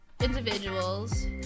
individuals